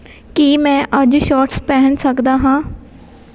ਕੀ ਮੈਂ ਅੱਜ ਸ਼ੋਰਟਸ ਪਹਿਨ ਸਕਦਾ ਹਾਂ